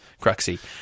Cruxy